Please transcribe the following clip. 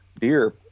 deer